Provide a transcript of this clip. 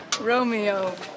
Romeo